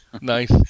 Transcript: Nice